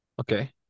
Okay